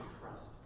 trust